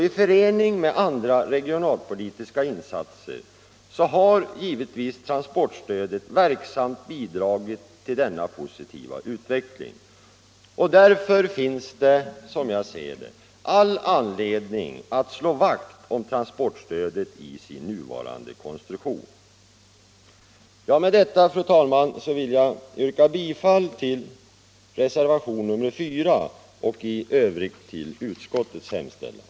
I förening med andra regionalpolitiska insatser har givetvis transportstödet verksamt bidragit till denna positiva utveckling. Därför finns det, som jag ser det, all anledning att slå vakt om transportstödet i dess nuvarande konstruktion. Fru talman! Med detta vill jag yrka bifall till reservationen 4 och i övrigt till utskottets hemställan.